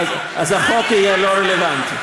אז החוק יהיה לא רלוונטי.